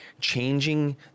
changing